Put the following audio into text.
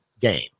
Game